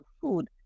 food